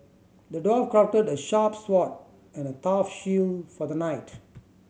the dwarf crafted a sharp sword and a tough shield for the knight